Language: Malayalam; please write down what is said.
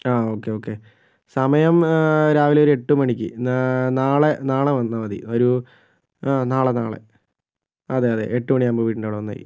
ആ ഓക്കെ ഓക്കെ സമയം രാവിലെ ഒരു എട്ട് മണിക്ക് എന്നാൽ നാളെ നാളെ വന്നാൽ മതി ഒരു നാളെ നാളെ അതെയതെ എട്ടു മണിയാകുമ്പോൾ വീടിൻ്റെ അവിടെ വന്നാകെ മതി